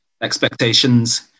expectations